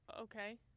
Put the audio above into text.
okay